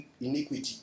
iniquity